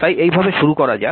তাই এইভাবে শুরু করা যাক